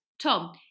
Tom